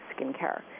skincare